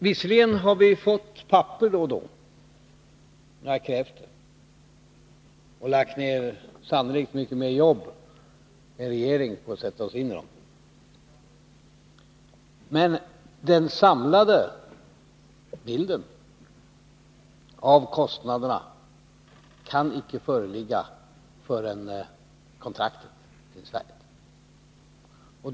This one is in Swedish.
Visserligen har vi fått papper då och då och har sannerligen lagt ner mycket mer arbete än regeringen för att sätta oss in i dessa frågor. Men den samlade bilden av kostnaderna kan inte föreligga förrän kontraktet är färdigt.